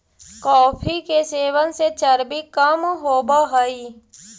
coffee के सेवन से चर्बी कम होब हई